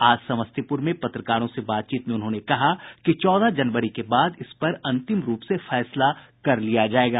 आज समस्तीपुर में पत्रकारों से बातचीत में उन्होंने कहा कि चौदह जनवरी के बाद इसपर अंतिम रूप से फैसला कर लिया जायेगा